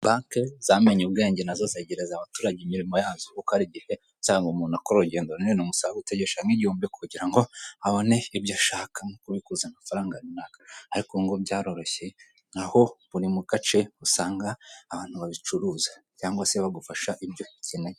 Iri iduka ricururizwamo ibintu bigiye bitandukanye harimo ibitenge abagore bambara bikabafasha kwirinda kugaragaza ubwambure bwabo.